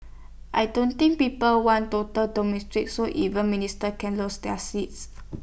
I don't think people want total so even minister can lose their seats